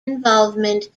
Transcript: involvement